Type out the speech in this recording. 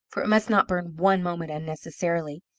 for it must not burn one moment unnecessarily,